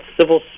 Civil